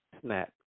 snap